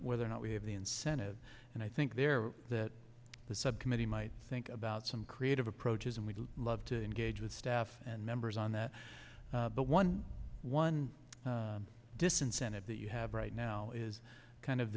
whether or not we have the incentive and i think there that the subcommittee might think about some creative approaches and we'd love to engage with staff and members on that but one one disincentive that you have right now is kind of